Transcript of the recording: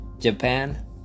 Japan